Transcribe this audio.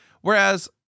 whereas